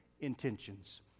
intentions